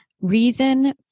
reason